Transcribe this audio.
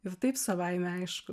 ir taip savaime aišku